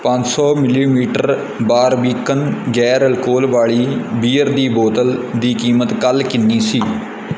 ਪੰਜ ਸੌ millimetre Barbican ਗੈਰ ਅਲਕੋਹਲ ਵਾਲੀ ਬੀਅਰ ਦੀ ਬੋਤਲ ਦੀ ਕੀਮਤ ਕੱਲ੍ਹ ਕਿੰਨੀ ਸੀ